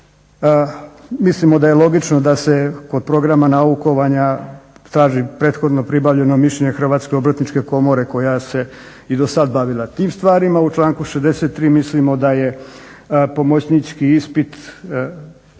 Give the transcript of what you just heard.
Mislimo da je logično da se kod programa naukovanja traži prethodno pribavljeno mišljenje Hrvatske obrtničke komore koja se i dosad bavila tim stvarima. U članku 63. mislimo da je pomoćnički ispit rješenje